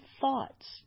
thoughts